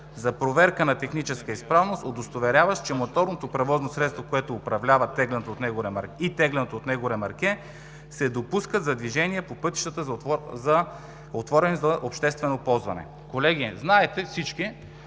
за проверка на техническа изправност, удостоверяващ, че моторното превозно средство, което управлява и тегленото от него ремарке, се допускат за движение по пътищата, отворени за обществено ползване“. Колеги, всички